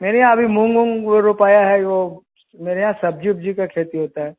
मेरे यहाँ अभी मूँग ऊँग रूपया है वह मेरे यहाँ सब्ज़ी उब्जी की खेती होती है